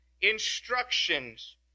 instructions